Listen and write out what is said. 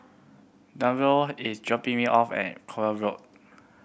Denver is dropping me off at Koek Road